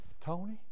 Tony